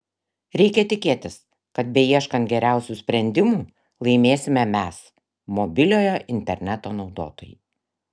reikia tikėtis kad beieškant geriausių sprendimų laimėsime mes mobiliojo interneto naudotojai